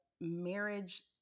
marriage